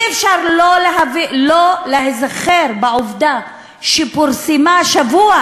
אי-אפשר לא להיזכר בעובדה שפורסמה השבוע,